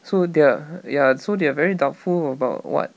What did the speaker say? so they're ya so they are very doubtful about what